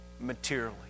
materially